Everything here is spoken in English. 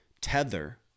tether